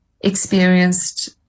experienced